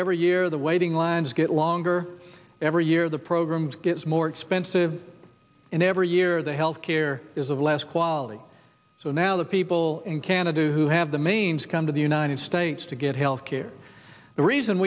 every year the waiting lines get longer every year the program gets more expensive and every year the health care is of less quality so now the people in canada who have the means come to the united states to get health care the reason